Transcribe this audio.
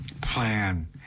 plan